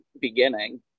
beginning